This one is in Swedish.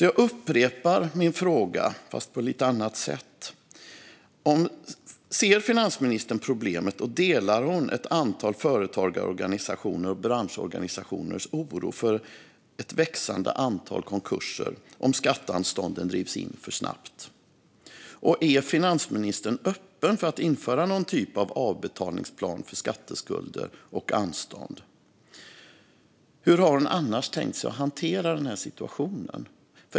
Jag upprepar därför min fråga, fast på ett lite annat sätt: Ser finansministern problemet, och delar hon ett antal företagar och branschorganisationers oro för ett växande antal konkurser om skatteanstånden drivs in för snabbt? Är finansministern öppen för att införa någon typ av avbetalningsplan för skatteskulder och anstånd? Hur har hon annars tänkt sig att hantera denna situation?